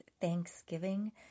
thanksgiving